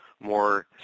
more